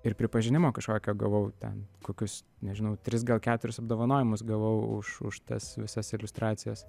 ir pripažinimo kažkokio gavau ten kokius nežinau tris gal keturis apdovanojimus gavau už už tas visas iliustracijas